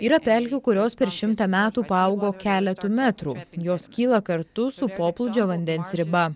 yra pelkių kurios per šimtą metų paaugo keletu metrų jos kyla kartu su poplūdžio vandens riba